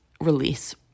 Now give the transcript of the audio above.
release